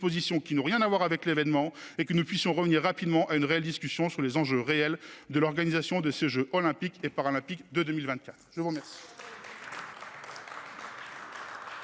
qui n'ont rien à voir avec l'événement et que nous puissions revenir rapidement à une réelle discussion sur les enjeux réels de l'organisation des jeux Olympiques et Paralympiques de 2024. La parole